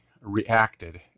reacted